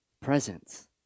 presence